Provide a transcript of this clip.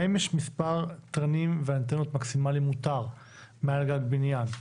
האם יש מספר תרנים ואנטנות מקסימלי מותר מעל גג בנין,